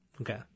Okay